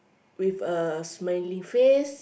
with a smiley face